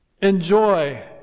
Enjoy